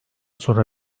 sonra